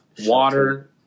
water